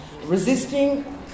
resisting